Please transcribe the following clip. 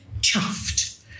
chuffed